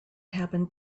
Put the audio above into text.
happened